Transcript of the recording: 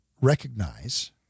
recognize